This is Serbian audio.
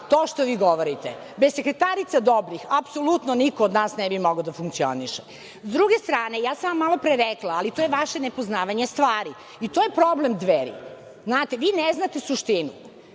to što vi govorite. Bez dobrih sekretarica apsolutno niko od nas ne bi mogao da funkcioniše. Sa druge strane, ja sam vam malopre rekla, ali to je vaše nepoznavanje stvari i to je problem Dveri. Znate, vi ne znate suštinu,